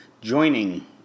joining